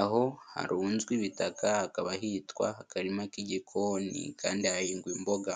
aho harunzwe ibitaka hakaba hitwa akarima k'igikoni kandi hahingwa imboga.